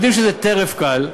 יודעים שזה טרף קל.